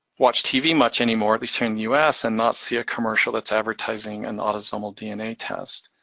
watch tv much anymore between the us, and not see a commercial that's advertising an autosomal dna test.